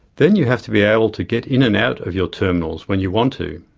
then you have to be able to get in and out of your terminals when you want to.